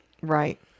Right